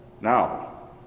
Now